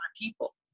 people